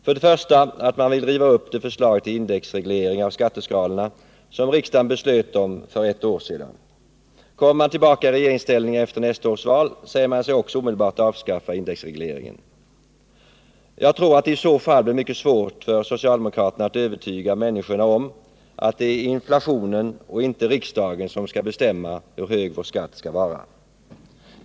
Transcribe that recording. För det första att man vill riva upp det förslag till indexreglering av skatteskalorna som riksdagen beslöt om för ett år sedan. Kommer man tillbaka i regeringsställning efter nästa val, säger man sig också omedelbart ämna avskaffa indexregleringen. Jag tror att det i så fall blir mycket svårt för socialdemokraterna att övertyga människorna om att det är inflationen och inte riksdagen som skall bestämma hur hög vår skatt skall vara.